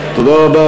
תוסיף גם את השם שלי.